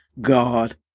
God